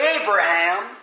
Abraham